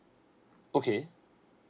okay